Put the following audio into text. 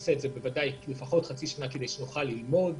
נעשה את זה במשך לפחות חצי שנה כדי שנוכל ללמוד.